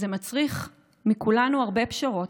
זה מצריך מכולנו הרבה פשרות,